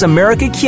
America